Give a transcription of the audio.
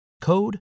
code